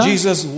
Jesus